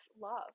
love